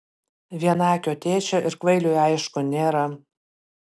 vienaakio tėčio ir kvailiui aišku nėra